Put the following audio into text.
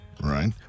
right